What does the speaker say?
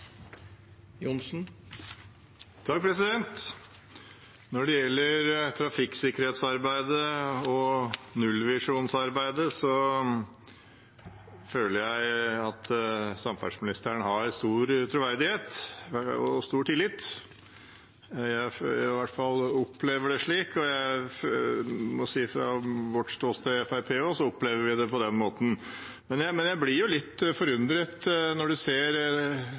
Når det gjelder trafikksikkerhetsarbeidet og nullvisjonsarbeidet, føler jeg at samferdselsministeren har stor troverdighet og stor tillit. Jeg opplever det i hvert fall slik, og jeg må si at fra Fremskrittspartiets ståsted opplever vi det på den måten. Men jeg blir litt forundret når en ser